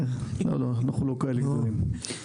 אנחנו לא כאלה גדולים.